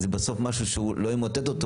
זה בסוף משהו שלא ימוטט אותו,